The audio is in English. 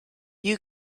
you